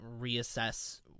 reassess